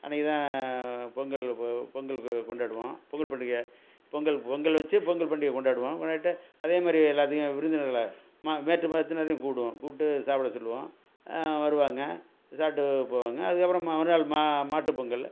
அன்னைக்கி தான் பொங்கல் வைப்போம் பொங்கலுக்கு கொண்டாடுவோம் பொங்கல் பண்டிகை பொங்கல் பொங்கல் வச்சு பொங்கல் பண்டிகை கொண்டாடுவோம் கொண்டாடிகிட்டு அதே மாதிரி எல்லாத்தையும் விருந்தினர்கள வேற்று மதத்தினரையும் கூப்பிடுவோம் கூப்பிட்டு சாப்பிட சொல்லுவோம் வருவாங்க சாப்பிட்டு போவாங்க அதுக்கு அப்புறம் மறுநாள் மா மாட்டு பொங்கல்